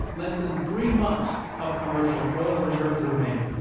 less than three months of commercial oil reserves remained.